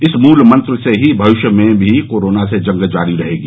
इस मूल मंत्र से ही भविष्य में भी कोरोना से जंग जारी रहेगी